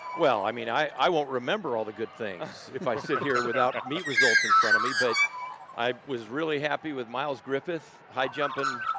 well, i mean, i i won't remember all the good things if i sit here without meet results in front of me but i was really happy with miles griffith high jumping,